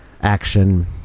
action